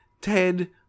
ted